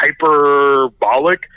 Hyperbolic